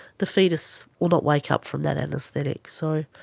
the fetus will not wake up from that anesthetic. so,